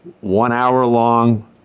one-hour-long